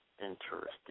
Interesting